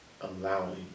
allowing